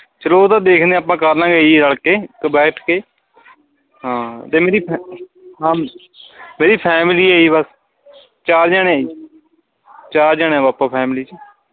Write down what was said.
ਚਲੋ ਉਹ ਤਾਂ ਦੇਖਦੇ ਆਪਾਂ ਕਰ ਲਵਾਂਗੇ ਜੀ ਰਲ ਕੇ ਬੈਠ ਕੇ ਹਾਂ ਅਤੇ ਮੇਰੀ ਫੈ ਹਾਂ ਮੇਰੀ ਫੈਮਲੀ ਆ ਜੀ ਬਸ ਚਾਰ ਜਣੇ ਚਾਰ ਜਣੇ ਆਪਾਂ ਫੈਮਿਲੀ 'ਚ